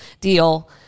deal